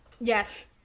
Yes